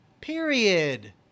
Period